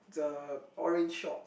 the orange short